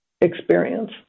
experience